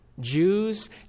Jews